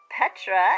Petra